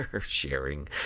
sharing